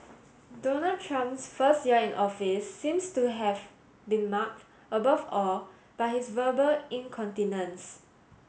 Donald Trump's first year in office seems to have been marked above all by his verbal incontinence